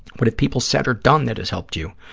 what have people said or done that has helped you?